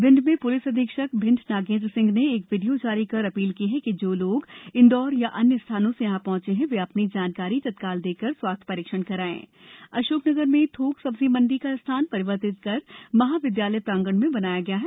भिंड में पुलिस अधीक्षक भिण्ड नागेंद्र सिंह ने एक वीडियो जारी कर अपील की है जो लोग इंदौर या अन्य स्थानो से यहाँ पहचे है वे अपनी जानकारी तत्काल देकर स्वास्थ्य परीक्षण कराये अशोकनगर में थोक सब्जी मंडी का स्थान परिवर्तित कर महाविद्यालय प्रांगण में बनाया गया है